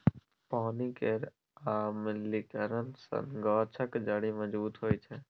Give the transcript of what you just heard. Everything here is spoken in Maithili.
पानि केर अम्लीकरन सँ गाछक जड़ि मजबूत होइ छै